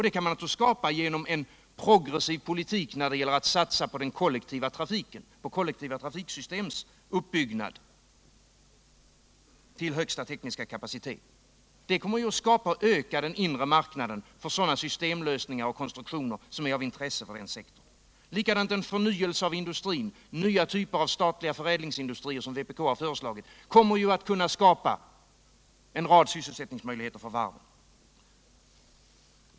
Det kan man exempelvis göra genom en progressiv politik när det gäller att satsa på det kollektiva trafiksystemets uppbyggnad till högsta tekniska kapacitet. Det kommer att öka den inre marknaden för sådana systemsatsningar och konstruktioner som är av intresse för den sektorn. Detsamma gäller en förnyelse av industrin. Nya typer av statliga förädlingsindustrier — som vpk har föreslagit — kommer att kunna skapa en rad sysselsättningsmöjligheter vid varven.